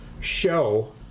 show